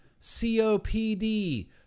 COPD